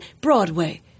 Broadway